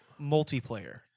multiplayer